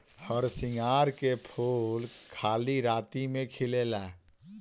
हरसिंगार के फूल खाली राती में खिलेला